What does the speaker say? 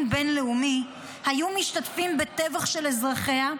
בין-לאומי היו משתתפים בטבח של אזרחיה,